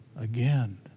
Again